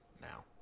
now